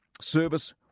Service